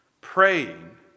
Praying